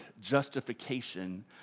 justification